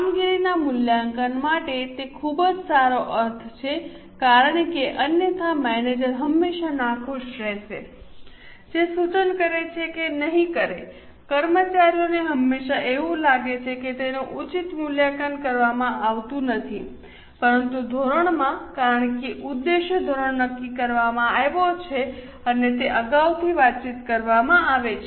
કામગીરીના મૂલ્યાંકન માટે તે ખૂબ જ સારો અર્થ છે કારણ કે અન્યથા મેનેજર હંમેશાં નાખુશ રહેશે જે સૂચન કરે છે કે નહીં કરે કર્મચારીઓને હંમેશાં એવું લાગે છે કે તેનું ઉચિત મૂલ્યાંકન કરવામાં આવતું નથી પરંતુ ધોરણમાં કારણ કે ઉદ્દેશ ધોરણ નક્કી કરવામાં આવ્યો છે અને તે અગાઉથી વાતચીત કરવામાં આવે છે